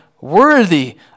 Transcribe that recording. worthy